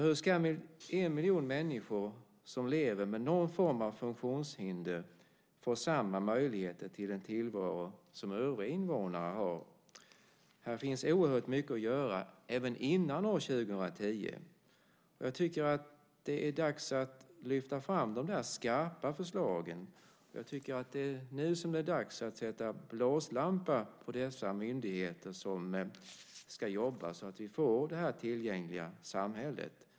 Hur ska en miljon människor som lever med någon form av funktionshinder få samma möjligheter till en tillvaro som övriga invånare har? Här finns oerhört mycket att göra, även innan år 2010. Jag tycker att det är dags att lyfta fram de skarpa förslagen. Jag tycker att det nu är dags att sätta blåslampa på de myndigheter som ska jobba så att vi får det tillgängliga samhället.